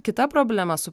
kita problema su